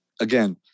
again